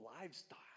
livestock